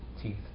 teeth